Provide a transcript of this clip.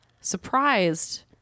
surprised